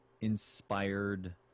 inspired